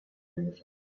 peresós